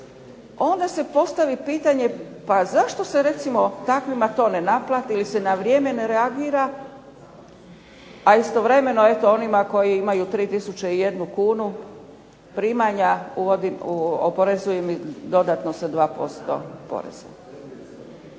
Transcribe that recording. onda se postavi pitanje, pa zašto se recimo takvim to ne naplati ili se na vrijeme ne reagira, a istovremeno onima koji imaju 3 tisuće i jednu kunu primanja oporezuje im se dodatno sa 2% poreza.